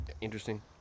interesting